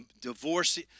divorce